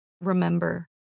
remember